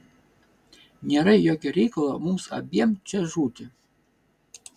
nėra jokio reikalo mums abiem čia žūti